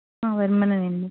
వర్మనే అండి